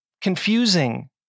confusing